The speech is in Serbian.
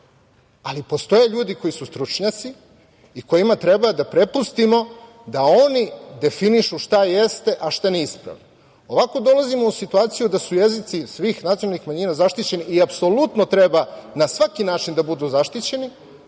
ali postoje ljudi koji su stručnjaci i kojima treba da prepustimo da oni definišu šta jeste, a šta nije ispravno. Ovako dolazimo u situaciju da su jezici svih nacionalnih manjina zaštićeni, i apsolutno treba na svaki način da budu zaštićeni,